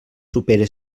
supere